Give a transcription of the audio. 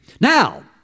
Now